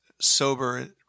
sober